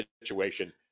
situation